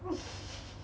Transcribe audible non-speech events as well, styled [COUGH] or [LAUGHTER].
[LAUGHS]